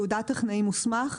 תעודת טכנאי מוסמך,